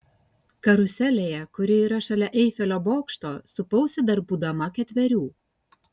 karuselėje kuri yra šalia eifelio bokšto supausi dar būdama ketverių